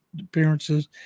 appearances